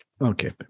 Okay